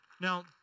Now